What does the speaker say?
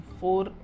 four